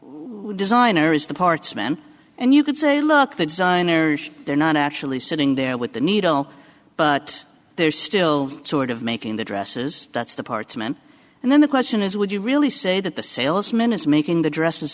the designer is the parts man and you could say look the designer they're not actually sitting there with the needle but they're still sort of making the dresses that's the parts man and then the question is would you really say that the salesman is making the dresses